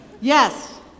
yes